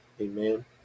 Amen